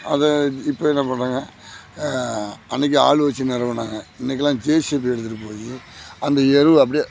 அதை இப்போ என்ன பண்ணுறாங்க அன்னக்கு ஆளு வச்சு நிறவுனாங்க இன்னைக்கெல்லாம் ஜேசிபி எடுத்துகிட்டு போய் அந்த எருவு அப்படியே